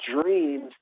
dreams